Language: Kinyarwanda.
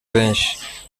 benshi